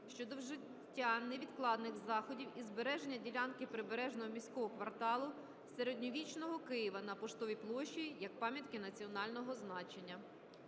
щодо вжиття невідкладних заходів із збереження "Ділянки прибережного міського кварталу Середньовічного Києва" на Поштовій площі як пам'ятки національного значення.